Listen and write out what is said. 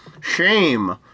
Shame